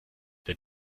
der